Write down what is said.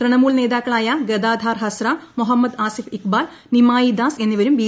തൃണമൂൽ നേതാക്കളായ ഗദാധാർ ഹസ്റ മൊഹമ്മദ് ആസിഫ് ഇക്ബാൽ നിമായി ദാസ് എന്നിവരും ബി